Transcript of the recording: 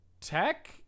Tech